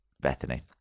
Bethany